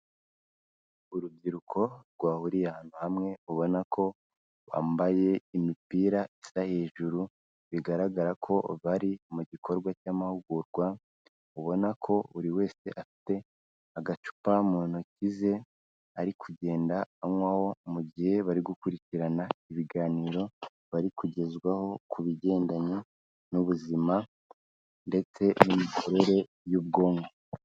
Urubyiruko rwahuriye ahantu hamwe ubona ko bambaye imipira isa hejuru, bigaragara ko bari mu gikorwa cy'amahugurwa ubona ko buri wese afite agacupa mu ntoki ze ari kugenda anywaho mu gihe bari gukurikirana ibiganiro bari kugezwaho ku bigendanye n'ubuzima ndetse n'imikorere y'ubwonko.